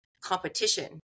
competition